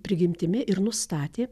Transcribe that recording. prigimtimi ir nustatė